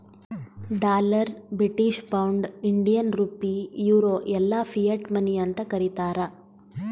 dollar, British pound, Indian rupee, euro ಎಲ್ಲಾ fiat money ಅಂತ್ ಕರೀತಾರ